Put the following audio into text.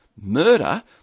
murder